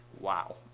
Wow